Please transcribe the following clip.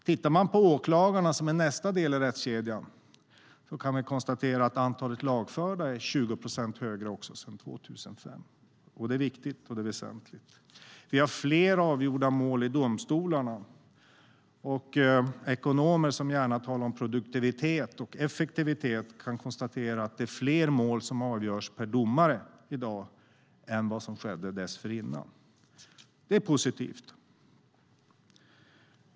Tittar man på åklagarna, som är nästa del i rättskedjan, kan man konstatera att antalet lagförda är 20 procent högre jämfört med 2005, vilket är viktigt och väsentligt. Vi har fler avgjorda mål i domstolarna, och ekonomer, som gärna talar om produktivitet och effektivitet, kan konstatera att fler mål avgörs per domare i dag än tidigare. Det är positivt.